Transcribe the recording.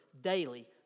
daily